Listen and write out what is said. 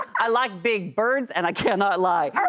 i like big birds and i cannot lie.